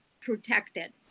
protected